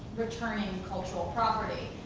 returning cultural property.